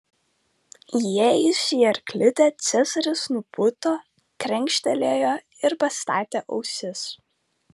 įėjus į arklidę cezaris nubudo krenkštelėjo ir pastatė ausis